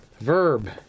verb